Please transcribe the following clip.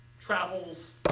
travels